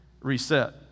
reset